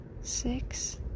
six